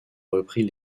repris